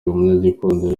umunyagikundiro